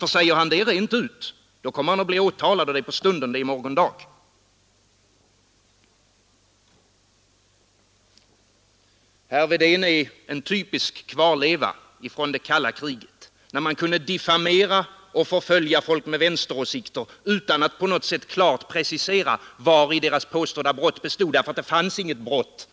Och säger han det rent ut, då kommer han att bli åtalad, och det i morgon dag. Herr Wedén är en typisk kvarleva från det kalla kriget, när man kunde diffamera och förfölja folk med vänsteråsikter utan att på något sätt klart precisera vari deras påstådda brott bestod — det fanns ju inget brott,